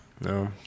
No